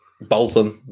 Bolton